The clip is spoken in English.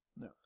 No